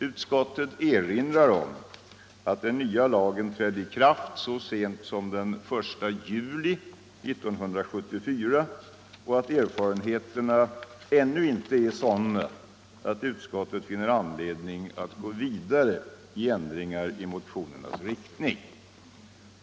Utskottet erinrar om att den nya lagen trädde i kraft så sent som den 1 juli 1974 och att erfarenheterna ännu inte är sådana att utskottet finner anledning att gå vidare med ändringar i motionernas riktning.